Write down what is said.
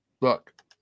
look